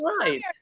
right